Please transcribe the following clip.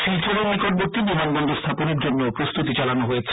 শিলচরের নিকটবর্তী বিমানবন্দর স্হাপনের জন্যও প্রস্তুতি চালানো হচ্ছে